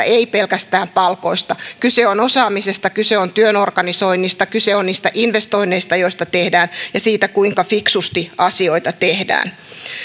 ei pelkästään palkoista kyse on osaamisesta kyse on työn organisoinnista kyse on niistä investoinneista joita tehdään ja siitä kuinka fiksusti asioita tehdään